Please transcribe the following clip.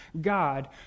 God